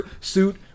suit